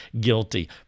guilty